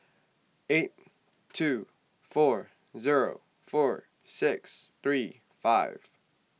eight two four zero four six three five